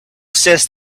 says